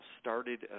started